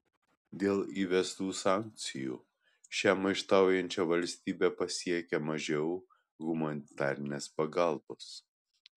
dėl įvestų sankcijų šią maištaujančią valstybę pasiekia mažiau humanitarinės pagalbos